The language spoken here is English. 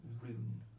rune